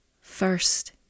first